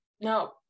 no